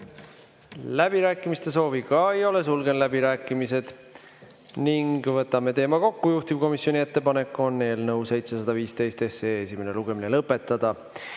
Läbirääkimiste soovi ka ei ole, sulgen läbirääkimised. Võtame teema kokku. Juhtivkomisjoni ettepanek on eelnõu 715 esimene lugemine lõpetada.